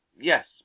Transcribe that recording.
Yes